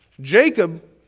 jacob